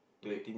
break